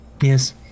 yes